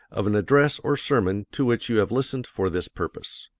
of an address or sermon to which you have listened for this purpose.